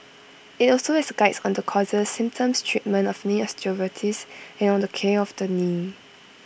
IT also has Guides on the causes symptoms treatment of knee osteoarthritis and on the care of the knee